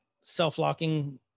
self-locking